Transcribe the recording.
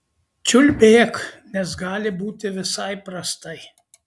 čiulbėk nes gali būti visai prastai